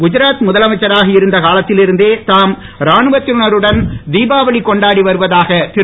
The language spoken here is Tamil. குதராத் முதலமைச்சராக இருந்த காலத்தில் இருந்தே தாம் ராணுவனத்தினருடன் தான் தீபாவளி கொண்டாடி வருவதாக திரு